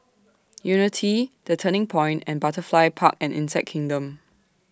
Unity The Turning Point and Butterfly Park and Insect Kingdom